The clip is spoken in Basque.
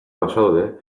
bazaude